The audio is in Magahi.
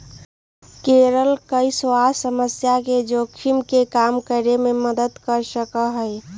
करेला कई स्वास्थ्य समस्याओं के जोखिम के कम करे में मदद कर सका हई